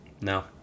No